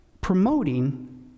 promoting